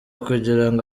kugirango